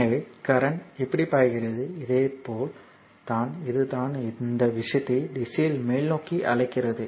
எனவே கரண்ட் இப்படி பாய்கிறது இதேபோல் இது தான் இந்த விஷயத்தை திசையில் மேல்நோக்கி அழைக்கிறது